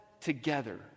together